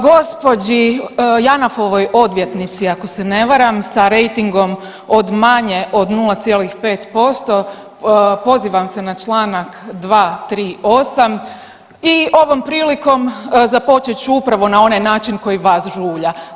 Gđi. JANAF-ovoj odvjetnici, ako se ne varam, sa rejtingom od manje od 0,5%, pozivam se na čl. 238 i ovom prilikom započet ću upravo na onaj način koji vas žulja.